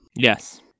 Yes